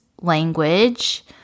language